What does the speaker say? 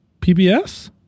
PBS